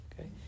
Okay